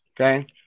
Okay